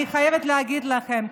אני חייבת להגיד לכם,